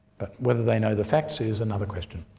but whether they know the facts is another question.